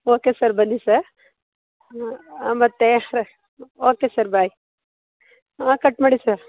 okay sir ಬನ್ನಿ sir ಮತ್ತು okay sir bye ಹಾಂ ಕಟ್ ಮಾಡಿ ಸರ್